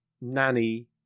Nanny